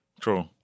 True